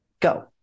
Go